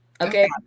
Okay